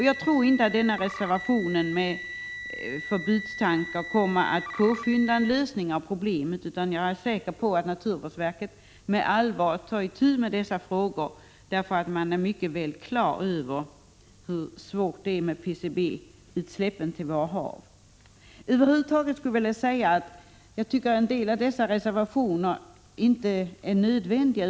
Jag tror inte att ett genomförande av reservationsförslaget, med dess förbudstankar, skulle påskynda en lösning av problemet. Naturvårdsverket kommer säkert att ta itu med problemen med allvar, eftersom man är på det klara med hur PCB-utsläppen försämrar våra hav. Över huvud taget skulle jag vilja säga att jag tycker att vissa av reservationerna är onödiga.